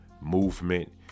movement